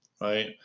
right